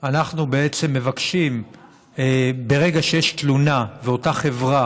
אנחנו מבקשים שברגע שיש תלונה ואותה חברה